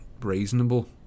reasonable